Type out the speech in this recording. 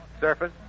surface